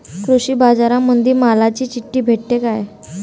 कृषीबाजारामंदी मालाची चिट्ठी भेटते काय?